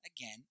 again